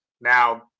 Now